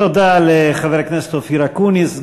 תודה לחבר הכנסת אופיר אקוניס,